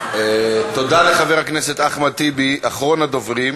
תודה לחבר הכנסת אחמד טיבי, אחרון הדוברים.